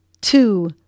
two